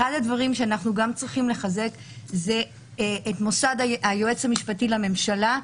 אחד הדברים שאנחנו גם צריכים לחזק הוא את המוסד היועץ המשפטי לממשלה,